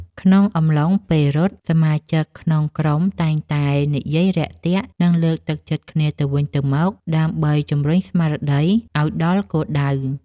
ក្នុងអំឡុងពេលរត់ សមាជិកក្នុងក្រុមតែងតែនិយាយរាក់ទាក់ និងលើកទឹកចិត្តគ្នាទៅវិញទៅមកដើម្បីជម្រុញស្មារតីឱ្យដល់គោលដៅ។